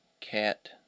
cat